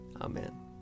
Amen